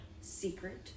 secret